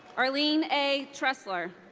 arlene a. tressler.